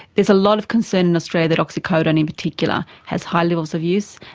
there's a lot of concern in australia that oxycodone in particular has high levels of use.